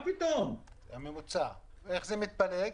זה הממוצע, אבל איך זה מתפלג?